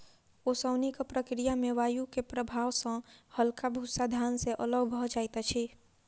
ओसौनिक प्रक्रिया में वायु के प्रभाव सॅ हल्का भूस्सा धान से अलग भअ जाइत अछि